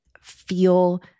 feel